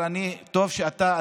אבל טוב שאתה,